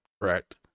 correct